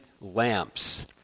lamps